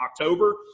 October